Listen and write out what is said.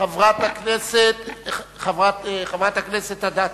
אחריו, חברת הכנסת אדטו.